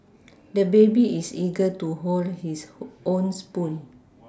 the baby is eager to hold his own spoon